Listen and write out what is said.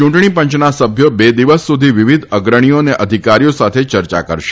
યૂંટણીપંચના સભ્યો બે દિવસ સુધી વિવિધ અગ્રણીઓ તથા અધિકારીઓ સાથે ચર્ચા કરશે